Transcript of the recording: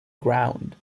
ground